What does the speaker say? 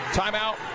timeout